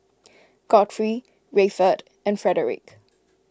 Godfrey Rayford and Frederick